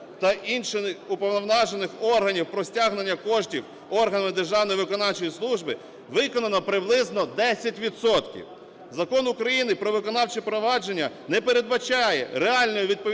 та інших уповноважених органів про стягнення коштів органами державної виконавчої служби виконано приблизно 10 відсотків. Закон України "Про виконавче впровадження" не передбачає реальної відповідальності